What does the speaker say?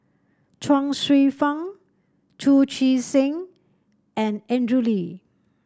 Chuang Hsueh Fang Chu Chee Seng and Andrew Lee